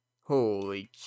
Holy